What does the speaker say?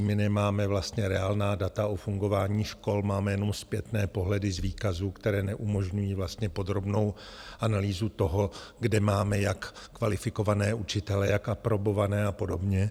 My nemáme vlastně reálná data o fungování škol, máme jenom zpětné pohledy z výkazů, které neumožňují podrobnou analýzu toho, kde máme jak kvalifikované učitele, jak aprobované a podobně.